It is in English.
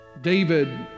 David